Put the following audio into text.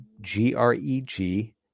G-R-E-G